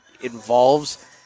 involves